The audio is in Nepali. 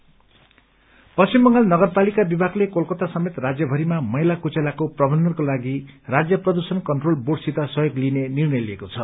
पोलिउसन् पश्चिम बंगाल नगरपालिका विभागले कोलकाता समेत राज्यभरिमा मैला कुचेलाको प्रबन्धनको लागि राज्य प्रदूषण कन्ट्रोल बोर्डसित सहयोग लिइने निर्णय लिएको छ